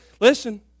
listen